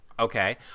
Okay